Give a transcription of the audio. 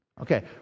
Okay